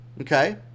okay